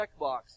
checkbox